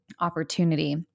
opportunity